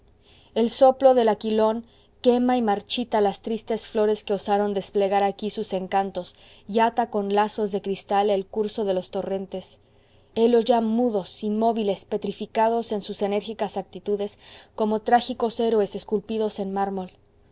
el soplo del aquilón quema y marchita las tristes flores que osaron desplegar aquí sus encantos y ata con lazos de cristal el curso de los torrentes helos ya mudos inmóviles petrificados en sus enérgicas actitudes como trágicos héroes esculpidos en mármol